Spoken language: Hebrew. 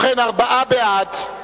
ובכן, ארבעה בעד,